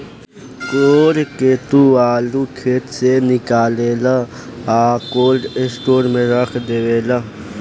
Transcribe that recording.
code के तू आलू खेत से निकालेलऽ आ कोल्ड स्टोर में रख डेवेलऽ